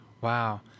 Wow